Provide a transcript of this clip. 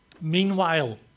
meanwhile